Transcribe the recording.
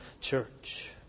church